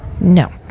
No